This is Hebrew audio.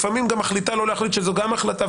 לפעמים גם מחליטה לא להחליט שזו גם החלטה,